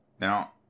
Now